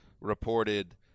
reported